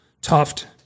Tuft